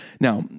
Now